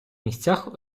місцях